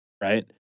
right